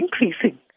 increasing